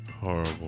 Horrible